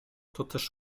toteż